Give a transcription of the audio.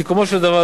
סיכומו של דבר,